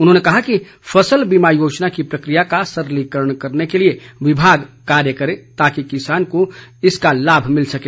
उन्होंने कहा कि फसल बीमा योजना की प्रक्रिया का सरलीकरण करने के लिए विभाग कार्य करें ताकि किसानों को इसका लाभ मिल सके